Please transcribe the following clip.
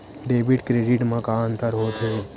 Debit credit मा का अंतर होत हे?